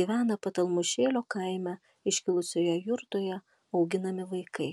gyvena patamulšėlio kaime iškilusioje jurtoje auginami vaikai